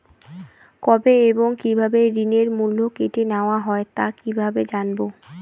কবে এবং কিভাবে ঋণের মূল্য কেটে নেওয়া হয় তা কিভাবে জানবো?